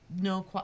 no